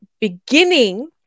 beginning